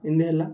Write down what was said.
ଏମିତି ହେଲା